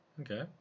Okay